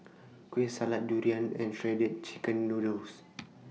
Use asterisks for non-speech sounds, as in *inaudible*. *noise* Kueh Salat Durian and Shredded Chicken Noodles *noise*